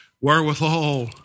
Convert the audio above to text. Wherewithal